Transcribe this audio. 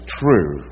true